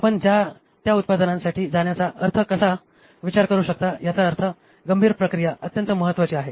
आपण त्या उत्पादनासाठी जाण्याचा अर्थ कसा विचार करू शकता याचा अर्थ गंभीर प्रक्रिया अत्यंत महत्वाची आहे